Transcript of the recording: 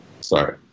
sorry